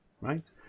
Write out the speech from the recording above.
right